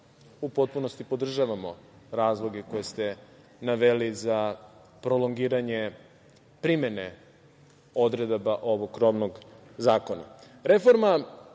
u potpunosti podržavamo razloge koje ste naveli za prolongiranje primene odredaba ovog krovnog zakona. Reforma